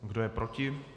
Kdo je proti?